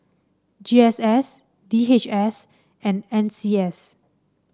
G S S D H S and N C S